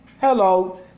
hello